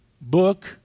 book